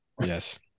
Yes